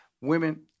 Women